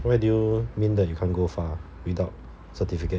where do you mean that you can't go far without certificate